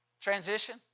transition